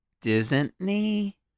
Disney